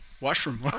washroom